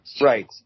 Right